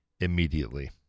immediately